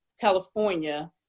California